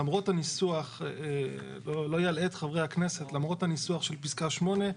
למרות הניסוח של פסקה (8)